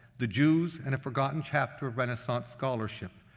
the jews, and a forgotten chapter of renaissance scholarship,